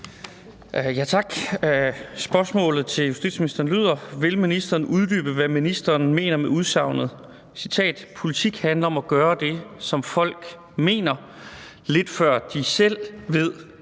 Tak. Spørgsmålet til justitsministeren lyder: Vil ministeren uddybe, hvad ministeren mener med udsagnet »politik handler om at gøre det, som folk mener, lidt før de selv ved,